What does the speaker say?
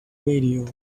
radio